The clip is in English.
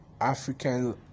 african